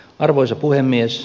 arvoisa puhemies